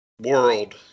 world